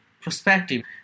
perspective